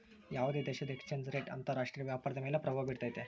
ಯಾವುದೇ ದೇಶದ exchange rate ಅಂತರ ರಾಷ್ಟ್ರೀಯ ವ್ಯಾಪಾರದ ಮೇಲೆ ಪ್ರಭಾವ ಬಿರ್ತೈತೆ